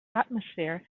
atmosphere